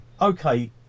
okay